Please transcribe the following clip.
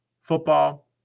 football